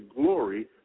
glory